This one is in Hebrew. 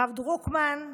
הרב דרוקמן,